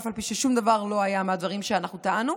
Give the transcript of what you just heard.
אף על פי ששום דבר לא היה מהדברים שאנחנו טענו.